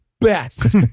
best